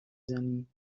زنی